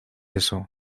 eso